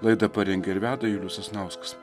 laidą parengė ir veda julius sasnauskas